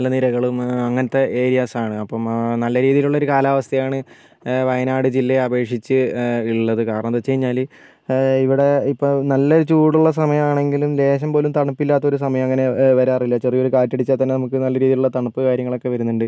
മലനിരകളും അങ്ങനത്തെ ഏരിയാസാണ് അപ്പം നല്ല രീതിയിലുള്ള ഒരു കാലാവസ്ഥയാണ് വയനാട് ജില്ലയെ അപേക്ഷിച്ച് ഉള്ളത് കാരണമെന്ത് വെച്ച് കഴിഞ്ഞാൽ ഇവിടെ ഇപ്പം നല്ല ചൂടുള്ള സമയമാണെങ്കിലും ലേശം പോലും തണുപ്പില്ലാത്ത ഒരു സമയം അങ്ങനെ വരാറില്ല ചെറിയ ഒരു കാറ്റടിച്ചാൽ തന്നെ നമുക്ക് നല്ല രീതിയിലുള്ള തണുപ്പ് കാര്യങ്ങളൊക്കെ വരുന്നുണ്ട്